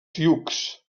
sioux